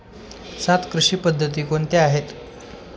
सात कृषी पद्धती कोणत्या आहेत?